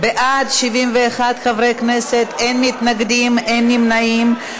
בעד, 71 חברי כנסת, אין מתנגדים, אין נמנעים.